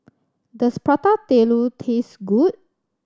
does Prata Telur taste good